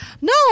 No